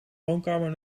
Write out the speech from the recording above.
woonkamer